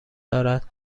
دارد